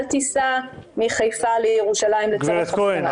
אל תיסע מחיפה לירושלים לצורך הפגנה.